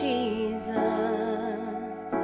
Jesus